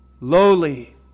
lowly